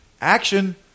action